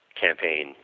campaign